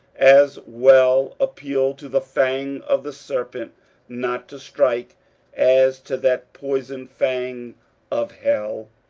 as well appeal to the fang of the serpent not to strike as to that poisoned fang of hell,